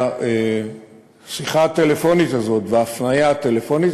והשיחה הטלפונית הזאת וההפניה הטלפונית